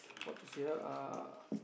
what to say ah uh